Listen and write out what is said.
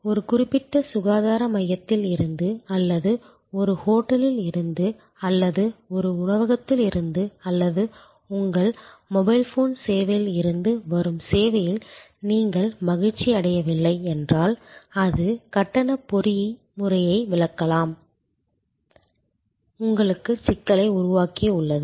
ஒரு குறிப்பிட்ட சுகாதார மையத்தில் இருந்து அல்லது ஒரு ஹோட்டலில் இருந்து அல்லது ஒரு உணவகத்தில் இருந்து அல்லது உங்கள் மொபைல் ஃபோன் சேவையில் இருந்து வரும் சேவையில் நீங்கள் மகிழ்ச்சியடையவில்லை என்றால் அது கட்டண பொறிமுறையை விளக்காமல் உங்களுக்கு சிக்கலை உருவாக்கியுள்ளது